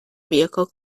vehicle